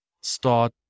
start